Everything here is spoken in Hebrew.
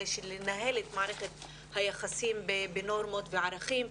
זה שלנהל את מערכת היחסים בנורמות וערכים,